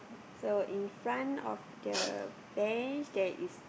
so infront of the bench there is